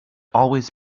always